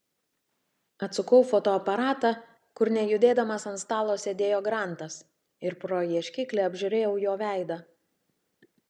atsukau fotoaparatą kur nejudėdamas ant stalo sėdėjo grantas ir pro ieškiklį apžiūrėjau jo veidą